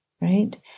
right